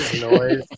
Noise